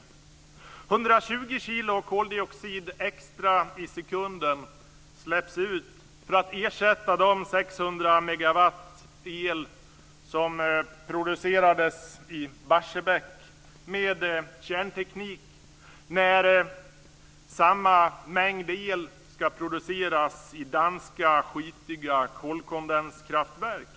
120 kilo koldioxid extra i sekunden släpps ut för att ersätta de 600 megawatt el som producerades i Barsebäck med kärnteknik när samma mängd el ska produceras i danska skitiga kolkondenskraftverk.